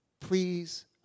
Please